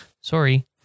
sorry